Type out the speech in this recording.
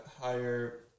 higher